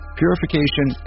purification